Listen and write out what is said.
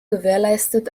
gewährleistet